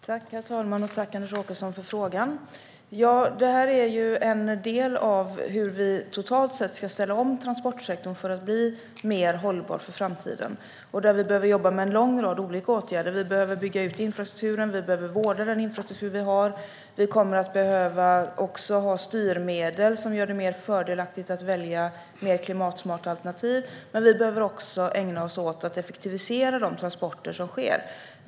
Herr talman! Tack, Anders Åkesson, för frågan! Ja, det här är ju en del av hur vi totalt sett ska ställa om transportsektorn för att den ska bli mer hållbar för framtiden. Där behöver vi jobba med en lång rad olika åtgärder. Vi behöver bygga ut infrastrukturen. Vi behöver vårda den infrastruktur vi har. Vi kommer att behöva ha styrmedel som gör det mer fördelaktigt att välja mer klimatsmarta alternativ. Men vi behöver också ägna oss åt att effektivisera de transporter som sker.